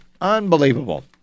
Unbelievable